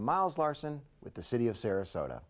miles larsen with the city of sarasota